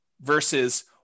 versus